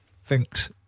Thinks